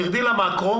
תרדי למקרו,